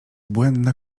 błędne